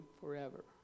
forever